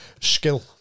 Skill